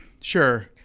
sure